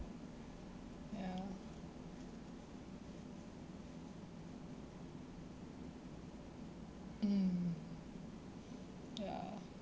ya mm ya